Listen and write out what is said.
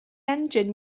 engine